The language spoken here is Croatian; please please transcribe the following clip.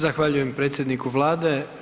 Zahvaljujem predsjedniku Vlade.